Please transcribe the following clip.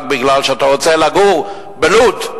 רק בגלל שאתה רוצה לגור בלוד,